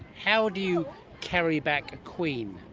how do you carry back a queen?